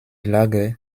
lage